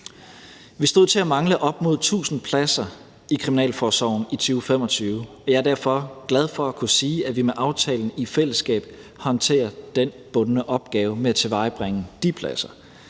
Vi stod til at mangle op mod 1.000 pladser i kriminalforsorgen i 2025, og jeg er derfor glad for at kunne sige, at vi med aftalen i fællesskab håndterer den bundne opgave med at tilvejebringe de pladser.